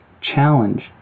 Challenge